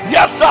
Yes